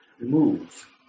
move